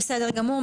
בסדר גמור,